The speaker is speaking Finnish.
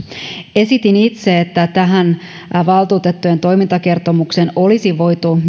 esitin itse että tähän valtuutettujen toimintakertomukseen olisi voitu